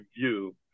view